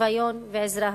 שוויון ועזרה הדדית".